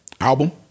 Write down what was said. album